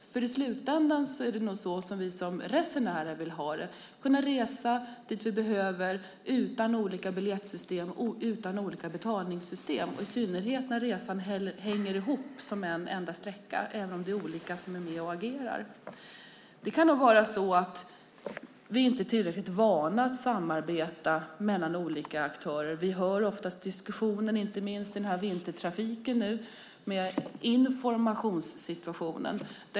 I slutändan vill vi resenärer nog kunna resa dit vi behöver utan olika biljettsystem och utan olika betalningssystem - i synnerhet när resan hänger ihop som en enda sträcka, även om det är olika som är med och agerar. Det kan nog vara så att vi inte är tillräckligt vana vid samarbete mellan olika aktörer. Inte minst nu i vintertrafiken hör vi diskussioner om informationssituationen.